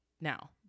Now